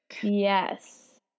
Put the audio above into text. Yes